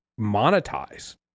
monetize